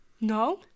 No